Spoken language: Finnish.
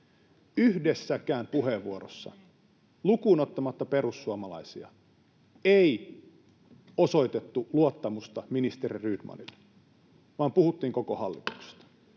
Yhdessäkään puheenvuorossa, lukuun ottamatta perussuomalaisia, ei osoitettu luottamusta ministeri Rydmanille, vaan puhuttiin koko hallituksesta.